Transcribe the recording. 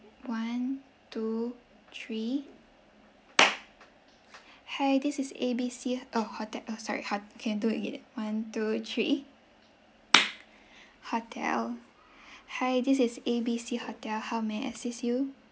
one two three hi this is A B C uh hotel oh sorry ho~ can do it again one two three hotel hi this is A B C hotel how may I assist you